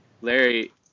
Larry